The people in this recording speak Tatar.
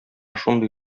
шундый